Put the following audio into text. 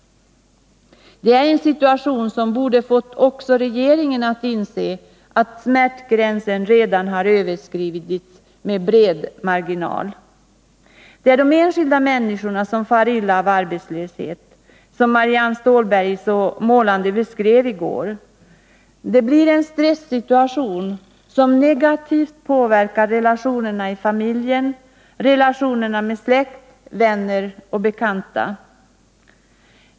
Det är en situation som borde ha fått också regeringen att inse att smärtgränsen redan har överskridits med bred marginal. Det är de enskilda människorna som far illa av arbetslösheten, så som Marianne Stålberg så målande beskrev i går kväll. Det blir en stressituation som negativt påverkar relationerna i familjen och relationerna med släkt, vänner och bekanta.